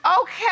Okay